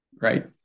right